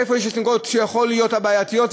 איפה יש נקודות שיכולות להיות הבעייתיות,